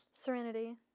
Serenity